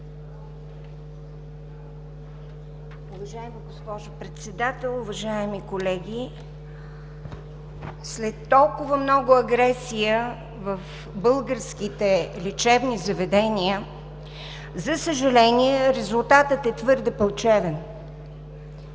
Уважаема госпожо Председател, уважаеми колеги! След толкова много агресия в българските лечебни заведения, за съжаление, резултатът е твърде плачевен.